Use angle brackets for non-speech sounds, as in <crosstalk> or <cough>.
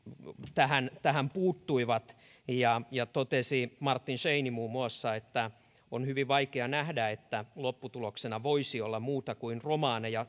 tähän tähän puuttui ja ja totesi martin scheinin muun muassa että on hyvin vaikea nähdä että lopputuloksena voisi olla muuta kuin romaneja <unintelligible>